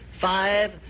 Five